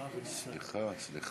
סליחה.